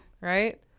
right